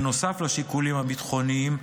נוסף לשיקולים הביטחוניים,